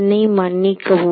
என்னை மன்னிக்கவும்